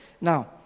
Now